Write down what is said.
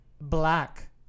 Black